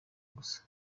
gusa